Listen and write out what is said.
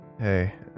Hey